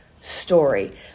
story